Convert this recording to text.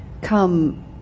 come